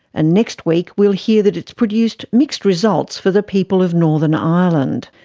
and next week we'll hear that it's produced mixed results for the people of northern ireland.